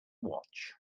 watch